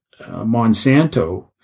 Monsanto